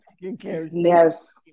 Yes